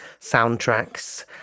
Soundtracks